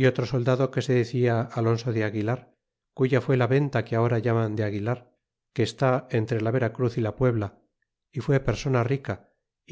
e otro soldado que se decia alonsci de aguilar cuya fué la venta que ahora llaman de aguilar que está entre la vera cruz y la pueble y fue persona rica